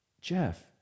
Jeff